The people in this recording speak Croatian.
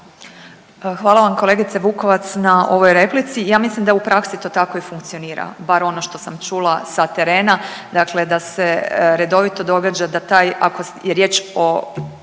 Hvala vam kolegice Vukovac na ovoj replici. Ja mislim da u praksi to tako i funkcionira, bar ono što sam čula sa terena. Dakle, da se redovito događa da taj ako je riječ o